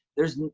there's,